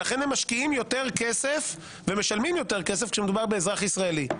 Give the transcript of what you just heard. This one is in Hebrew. ולכן הם משקיעים יותר כסף ומשלמים יותר כסף כשמדובר באזרח ישראלי.